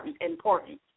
important